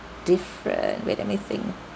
different wait let me think